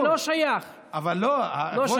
זה לא שייך, לא שייך.